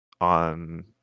on